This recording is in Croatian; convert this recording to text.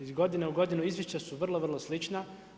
Iz godine u godinu izvješća su vrlo vrlo slična.